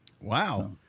Wow